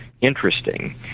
interesting